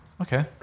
Okay